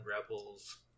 Rebels